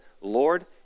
Lord